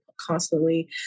constantly